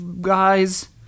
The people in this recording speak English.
guys